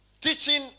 teaching